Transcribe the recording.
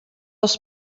els